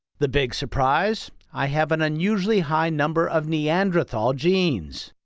the big surprise? i have an unusually high number of neanderthal genes.